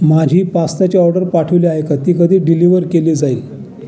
माझी पास्ताची ऑर्डर पाठविली आहे का ती कधी डिलिव्हर केली जाईल